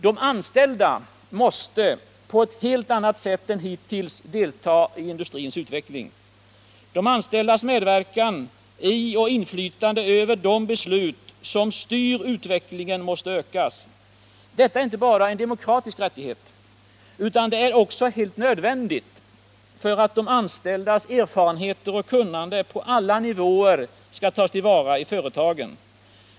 De anställda måste på ett helt annat sätt än hittills delta i industrins utveckling. De anställdas medverkan i och inflytande över de beslut som styr utvecklingen måste ökas. Detta är inte bara en demokratisk rättighet. Det är också helt nödvändigt att de anställdas erfarenheter och kunnande på alla nivåer tas till vara i företagen.